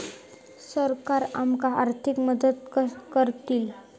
सरकार आमका आर्थिक मदत करतली?